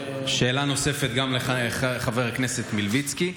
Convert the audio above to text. שאלה נוספת גם לחבר הכנסת מלביצקי.